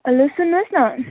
hello सुन्नुहोस् न